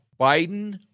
Biden